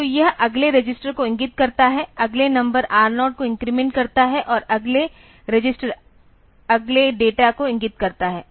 तो यह अगले रजिस्टर को इंगित करता है अगले नंबर R0 को इन्क्रीमेंट करता है और अगले रजिस्टर अगले डेटा को इंगित करता है